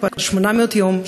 כבר 800 יום,